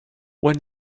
when